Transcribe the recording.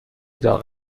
داغ